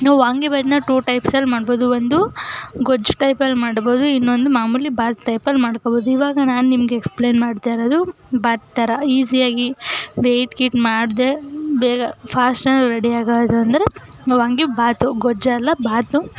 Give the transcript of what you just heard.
ಇನ್ನು ವಾಂಗಿಬಾತನ್ನ ಟು ಟೈಪ್ಸಲ್ ಮಾಡ್ಬೋದು ಒಂದು ಗೊಜ್ಜು ಟೈಪಲ್ ಮಾಡ್ಬೋದು ಇನ್ನೊಂದು ಮಾಮೂಲಿ ಬಾತು ಟೈಪಲ್ಲಿ ಮಾಡ್ಕೊಳ್ಬೋದು ಈವಾಗ ನಾನು ನಿಮಗೆ ಎಕ್ಸ್ಪ್ಲೇನ್ ಮಾಡ್ತಾಯಿರೋದು ಬಾತು ಥರ ಈಸಿಯಾಗಿ ವೇಟ್ ಗೀಟ್ ಮಾಡದೆ ಬೇಗ ಫಾಸ್ಟಲ್ಲಿ ರೆಡಿ ಆಗೋದು ಅಂದರೆ ವಾಂಗಿಬಾತು ಗೊಜ್ಜಲ್ಲ ಬಾತು